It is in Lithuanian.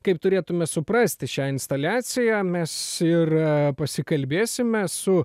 kaip turėtume suprasti šią instaliaciją mes ir pasikalbėsime su